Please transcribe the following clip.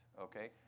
okay